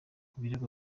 ibirego